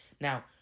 now